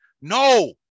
no